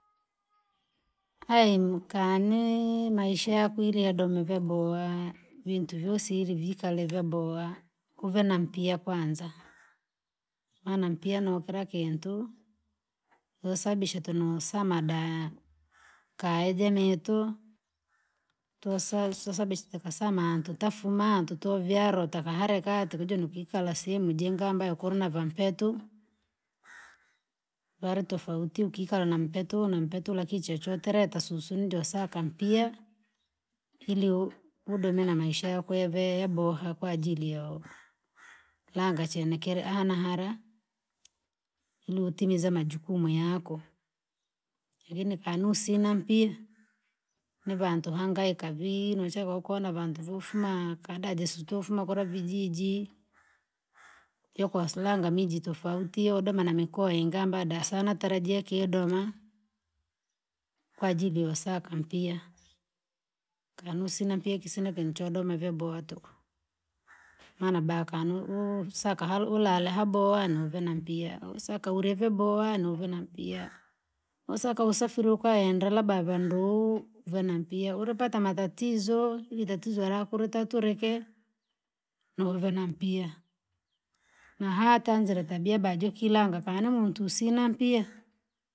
Aeni kane maisha ya kwili ya domi vi boha. Vintu vii siri vikale vaboha. Vena mpia kwanza. Maana mpia noye mpia kiuntu, ya sababisha tusamadai kayamenetu, tusa tusababisha saamatu, tutafuma, tutovyera tuvyahereka, tulija twikala sehemu jenga ambayo kuna va mpetu. Vare tofauti ukira na mpetu na mpetu lakini chochore tasusu kwa sa na mpia. Iliyo udomi na maisha yakweve e boha kwajili ya laga kenechele anahara utimiza majukumu yako. Lakini kanu sina mpia, ne vantu hangaika vii chakukona vantu mfumane kwada esu mfumo kware vijiji. Iyo kwa silanga miji tofauti, iyo doma na mikoa ingamba dasana, natarajia ke doma. Kwajili wasaa kwa mpia, kanu sina, sina ka mpia ke ve domi se boha tuku. Mana baa kanu usa ka ulala e boha nuvena mpia. Usaka ureve boha une la mpia. Usaka usafiri ukaenda labda vendru vanu nampia. Urra pata matatizo, ilitatito rakutatuleke, nuve nampia. Nahatanzere tabia bajokilanga panamtusi sia nampia.